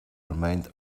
remained